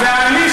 ואני,